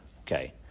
Okay